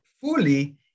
fully